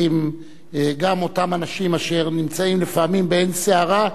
גם אותם אנשים אשר נמצאים לפעמים בעין סערה,